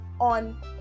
on